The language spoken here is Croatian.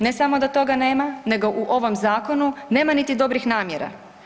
Ne samo da toga nema, nego u ovom zakonu nema niti dobrih namjera.